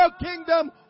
kingdom